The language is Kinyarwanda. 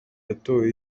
yatowe